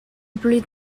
plus